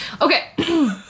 Okay